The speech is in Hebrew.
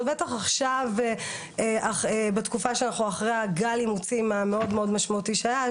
ועוד בטח עכשיו בתקופה שאנחנו אחרי גל האימוצים המשמעותי מאוד שהיה,